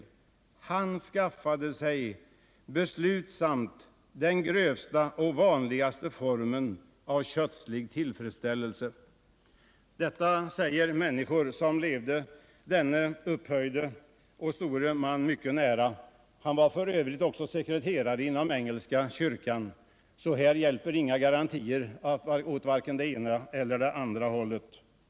Han skaffade sig beslutsamt den grövsta och vanligaste formen av köttslig tillfredsställel 56.” Detta säger människor som levde denne upphöjde och store man mycket nära. Driberg var f. ö. också sekreterare inom den engelska kyrkan, så här finns inga garantier åt vare sig det ena eller andra hållet.